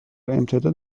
امتداد